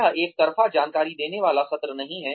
यह एकतरफा जानकारी देने वाला सत्र नहीं है